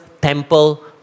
temple